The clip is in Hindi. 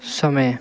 समय